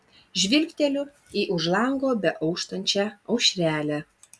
žvilgteliu į už lango beauštančią aušrelę